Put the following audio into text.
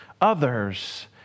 Others